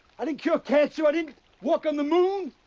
i didn't cure a cancer, i didn't walk on the moon.